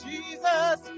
Jesus